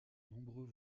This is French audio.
nombreux